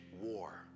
war